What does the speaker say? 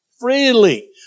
freely